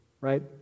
right